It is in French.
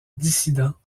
dissidents